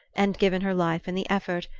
and given her life in the effort,